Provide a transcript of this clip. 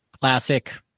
Classic